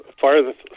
farthest